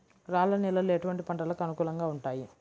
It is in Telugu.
రాళ్ల నేలలు ఎటువంటి పంటలకు అనుకూలంగా ఉంటాయి?